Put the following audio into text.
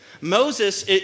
Moses